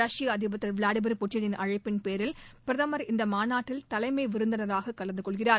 ரஷ்ய அதிபர் திரு விளாடிமிர் புட்டினின் அழைப்பின் பேரில் பிரதமர் இந்த மாநாட்டில் தலைமை விருந்தினராக கலந்து கொள்கிறார்